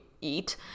eat